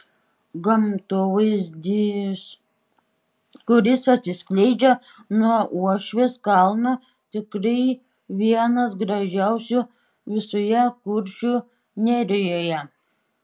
gamtovaizdis kuris atsiskleidžia nuo uošvės kalno tikrai vienas gražiausių visoje kuršių nerijoje